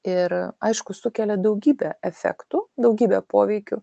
ir aišku sukelia daugybę efektų daugybę poveikių